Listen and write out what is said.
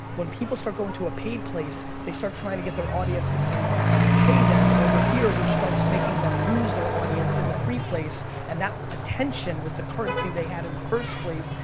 when people start going to a paid place, they start trying to get their audience to come and pay them over here, which starts making them lose their audience in the free place. and that attention was the currency they had in the first place,